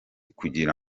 kugira